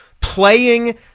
playing